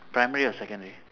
primary or secondary